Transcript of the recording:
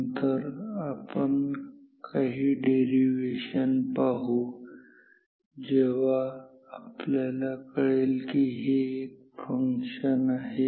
नंतर आपण काही डेरीवेशन पाहू जेव्हा आपल्याला कळेल की हे एक फंक्शन आहे